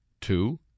Two